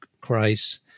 Christ